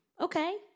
Okay